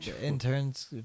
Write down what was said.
Interns